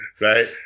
Right